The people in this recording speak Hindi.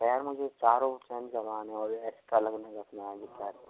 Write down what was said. टैयर मुझे चारों सैम लगाने है और एक्स्ट्रा